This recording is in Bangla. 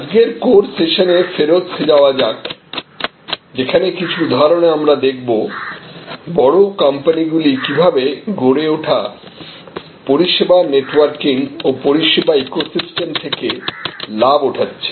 আজকের কোর সেশনে ফেরত যাওয়া যাক যেখানে কিছু উদাহরণে আমরা দেখব বড় কোম্পানি গুলি কিভাবে গড়ে ওঠা পরিষেবা নেটওয়ার্কিং ও পরিষেবা ইকোসিস্তেম থেকে লাভ ওঠাচ্ছে